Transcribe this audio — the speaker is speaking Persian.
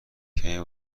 کمی